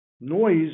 noise